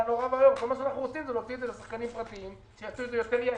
אנחנו רוצים להוציא את זה לשחקנים פרטיים שיעשו את זה יותר יעיל,